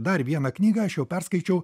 dar vieną knygą aš jau perskaičiau